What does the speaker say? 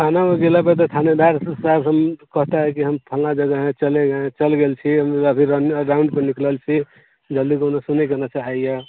थानामे गेलापर तऽ थानेदारसँ साहब सब कहता है कि हम फलाँ जगह हैं चले गए हैं चल गेल छी हम अभी रन राउण्डपर निकलल छी जल्दी बोलो सुनैके नहि चाहैए